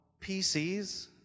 PCs